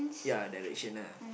ya direction ah